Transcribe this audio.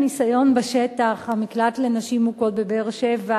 ניסיון בשטח: המקלט לנשים מוכות בבאר-שבע,